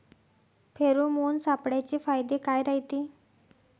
Pheromone सापळ्याचे फायदे काय रायते?